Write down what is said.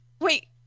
Wait